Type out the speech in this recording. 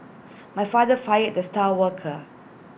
my father fired the star worker